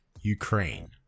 Ukraine